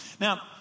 Now